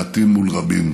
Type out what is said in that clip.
מעטים מול רבים,